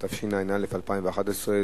התשע"א 2011,